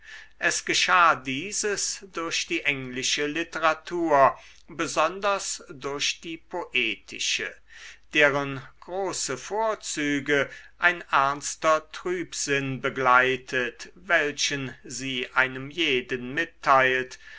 es geschah dieses durch die englische literatur besonders durch die poetische deren große vorzüge ein ernster trübsinn begleitet welchen sie einem jeden mitteilt